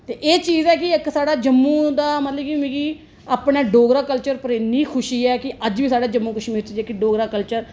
ते एह् चीज है कि इक साढ़ा जम्मू दा मतलब कि अपना डोगरा कल्चर पर इनी खुशी हा कि अज्ज बी साढ़ा जम्मू कशमीर च जेहका डोगरा कल्चर ऐ